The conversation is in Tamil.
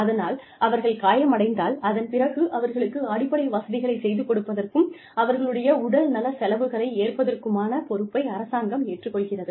அதனால் அவர்கள் காயமடைந்தால் அதன் பிறகு அவர்களுக்கு அடிப்படை வசதிகளை செய்து கொடுப்பதற்கும் அவர்களுடைய உடல்நல செலவுகளை ஏற்பதற்குமான பொறுப்பை அரசாங்கம் ஏற்றுக் கொள்கிறது